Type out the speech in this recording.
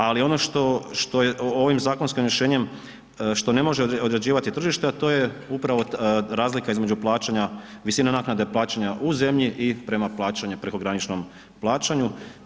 A ono to je ovim zakonskim rješenjem, što ne može određivati tržište, a to je upravo razlika između plaćanja, visina naknade plaćanja u zemlji i prema prekograničnom plaćanju.